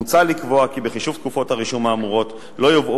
מוצע לקבוע כי בחישוב תקופות הרישום האמורות לא יובאו